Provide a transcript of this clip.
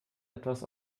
etwas